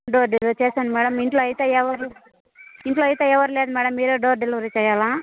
door delivery చేశాను madam ఇంట్లో అయితే ఎవరు ఇంట్లో అయితే ఎవరూ లేరు మేడం మీరే డోర్ డెలివరీ చేయాలి